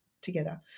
together